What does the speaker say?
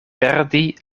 perdi